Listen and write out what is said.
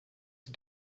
ich